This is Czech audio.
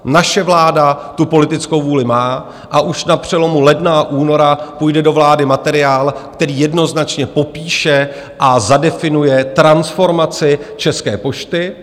Naše vláda tu politickou vůli má a už na přelomu ledna a února půjde do vlády materiál, který jednoznačně popíše a zadefinuje transformaci České pošty.